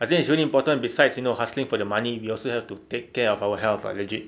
I think it's only important besides you know hustling for the money you also have to take care of our health ah legit